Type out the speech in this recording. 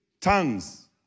tongues